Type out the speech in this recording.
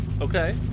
Okay